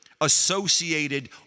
associated